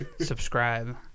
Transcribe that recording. Subscribe